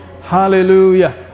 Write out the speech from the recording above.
Hallelujah